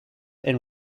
and